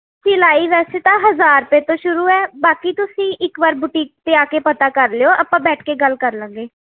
ਸਿਲਾਈ ਵੈਸੇ ਤਾਂ ਹਜ਼ਾਰ ਰੁਪਏ ਤੋਂ ਸ਼ੁਰੂ ਹੈ ਬਾਕੀ ਤੁਸੀਂ ਇੱਕ ਵਾਰ ਬੁਟੀਕ 'ਤੇ ਆ ਕੇ ਪਤਾ ਕਰ ਲਿਓ ਆਪਾਂ ਬੈਠ ਕੇ ਗੱਲ ਕਰ ਲਵਾਂਗੇ